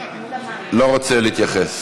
חבר הכנסת שטרן, אתה לא רוצה להתייחס.